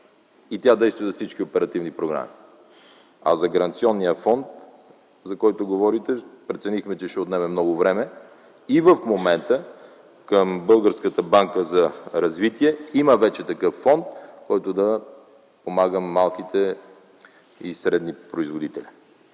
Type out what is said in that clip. и тя действа за всички оперативни програми. За гаранционния фонд, за който говорите, преценихме, че ще отнеме много време и в момента към Българската банка за развитие има вече такъв фонд, който да помага на малките и средни производители.